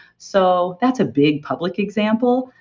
so, that's a big public example.